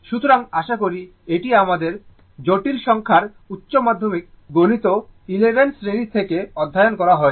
সুতরাং আশা করি এটি আমাদের জটিল সংখ্যার উচ্চ মাধ্যমিক গণিত 11 শ্রেণী থেকে অধ্যায় করা হয়েছে